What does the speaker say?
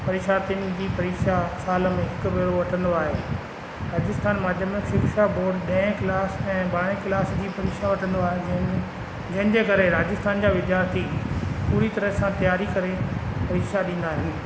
परीक्षार्थिनि जी परीक्षा साल में हिकु भेरो वठंदो आहे राजस्थान माध्यमिक शिक्षा बोड ॾह क्लास ऐं ॿारे क्लास जी परीक्षा वठंदो आहे जंहिंजे जंहिंजे करे राजस्थान जा विद्यार्थी पूरी तरह सां तयारी करे परीक्षा ॾींदा आहिनि